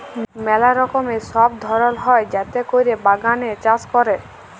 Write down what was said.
ম্যালা রকমের সব ধরল হ্যয় যাতে ক্যরে বাগানে চাষ ক্যরে